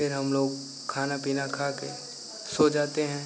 फिर हम लोग खाना पीना खा के सो जाते हैं